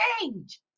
change